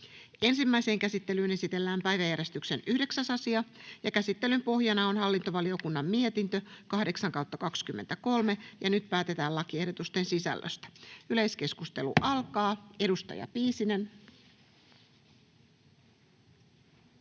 Ensimmäiseen käsittelyyn esitellään päiväjärjestyksen 9. asia. Käsittelyn pohjana on hallintovaliokunnan mietintö HaVM 8/2023 vp. Nyt päätetään lakiehdotusten sisällöstä. — Yleiskeskustelu alkaa, edustaja Piisinen.